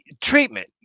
treatment